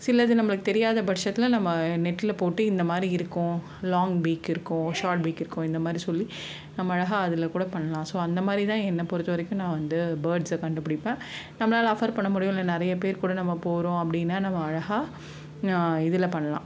சிலது நம்மளுக்கு தெரியாத பட்சத்தில் நம்ம நெடில் போட்டு இந்தமாதிரி இருக்கும் லாங் ஃபீக் இருக்கும் ஷார்ட் ஃபீக் இருக்கும் இந்தமாதிரி சொல்லி நம்ம அழகா அதில்க்கூட பண்ணலாம் ஸோ அந்த மாதிரிதான் என்ன பொருத்தவரைக்கும் நான் வந்து பேர்ட்ஸை கண்டுபிடிப்பேன் நம்மளால் ஆஃபர் பண்ணமுடியும் இல்லை நிறைய பேர்க்கூட நம்ம போகிறோம் அப்படினா நம்ம அழகா இதில் பண்ணலாம்